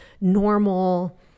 normal